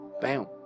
Bam